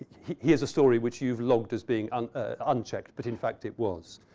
here's a story which you've logged as being um ah unchecked, but in fact it was.